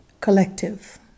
collective